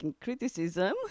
criticism